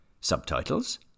Subtitles